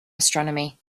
astronomy